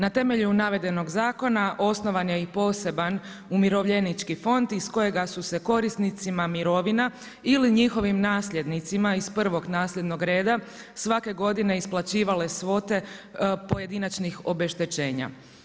Na temelju navedenog zakona osnovan je i poseban umirovljenički fond iz kojega su se korisnicima mirovina ili njihovim nasljednicima iz prvog nasljednog reda, svake godine isplaćivale svote pojedinačnih obeštećenja.